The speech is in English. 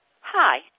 Hi